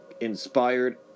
inspired